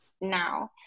now